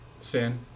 Sin